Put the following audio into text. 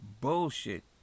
bullshit